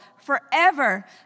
forever